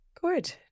Good